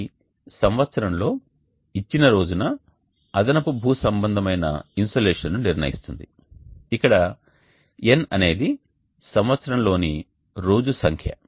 ఇది సంవత్సరంలో ఇచ్చిన రోజున అదనపు భూసంబంధమైన ఇన్సోలేషన్ను నిర్ణయిస్తుంది ఇక్కడ N అనేది సంవత్సరం లోని రోజు సంఖ్య